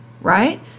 Right